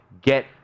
get